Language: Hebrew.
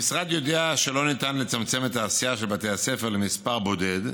המשרד יודע שלא ניתן לצמצם את העשייה של בתי הספר למספר בודד,